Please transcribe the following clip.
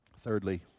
Thirdly